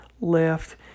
left